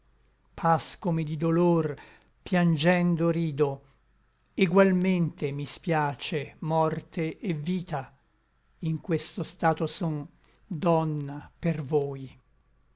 pascomi di dolor piangendo rido egualmente mi spiace morte et vita in questo stato son donna per voi